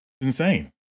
insane